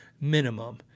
minimum